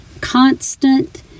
constant